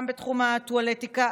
גם בתחום הטואלטיקה.